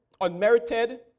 unmerited